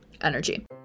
energy